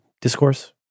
discourse